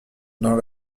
dans